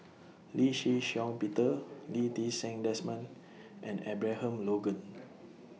Lee Shih Shiong Peter Lee Ti Seng Desmond and Abraham Logan